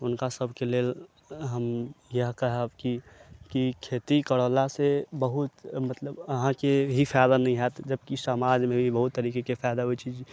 हुनका सबके लेल हम इएह कहब की की खेती करला से बहुत मतलब अहाँ के ही फायदा नहि होयत जबकि समाज मे भी बहुत तरीके फायदा होइ छै